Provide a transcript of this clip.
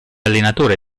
allenatore